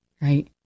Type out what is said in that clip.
right